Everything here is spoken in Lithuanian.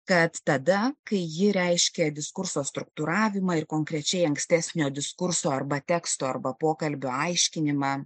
kad tada kai ji reiškia diskurso struktūravimą ir konkrečiai ankstesnio diskurso arba teksto arba pokalbio aiškinimą